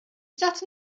sat